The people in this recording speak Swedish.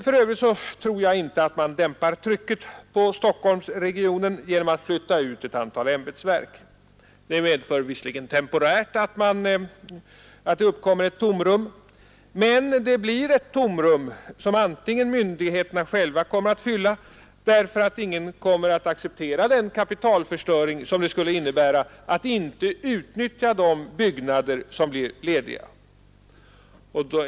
För övrigt tror jag dock inte att man dämpar trycket på Stockholmsregionen genom att flytta ut ett antal ämbetsverk. Ett tomrum uppkommer visserligen temporärt, men det blir ett tomrum som antingen myndigheterna själva eller andra kommer att fylla, därför att ingen vill acceptera den kapitalförstöring som det skulle innebära att inte utnyttja de byggnader som blir lediga.